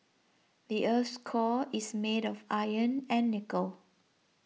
the earth's core is made of iron and nickel